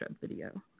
video